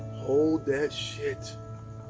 hold that shit.